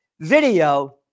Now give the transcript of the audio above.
video